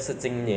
是不错了